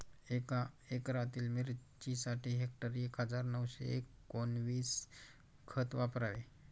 एका एकरातील मिरचीसाठी हेक्टरी एक हजार नऊशे एकोणवीस खत वापरावे